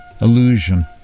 illusion